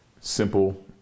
simple